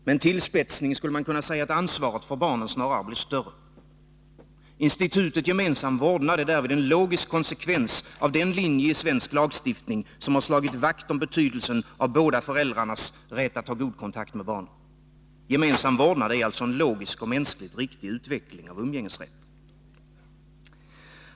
Med en tillspetsning skulle man kunna säga att ansvaret för barnen snarare blir större. Institutet gemensam vårdnad är därvid en logisk konsekvens av den linje i svensk lagstiftning som har slagit vakt om betydelsen av båda föräldrarnas rätt till god kontakt med barnen. Gemensam vårdnad är alltså en logiskt och mänskligt riktig utveckling av umgängesrätten.